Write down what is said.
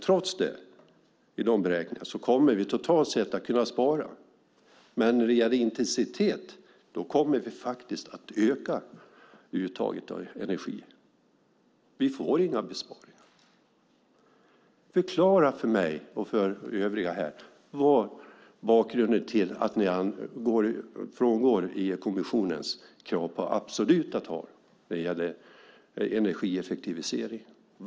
Trots det kommer vi att kunna spara, men när det gäller intensitet kommer vi faktiskt att öka uttaget av energi. Vi får inga besparingar. Förklara för mig och övriga här vad som är bakgrunden till att ni frångår EU-kommissionens krav på absoluta tal när det gäller energieffektivisering.